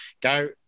Go